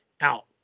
out